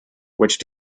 which